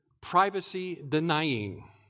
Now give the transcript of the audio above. privacy-denying